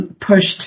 Pushed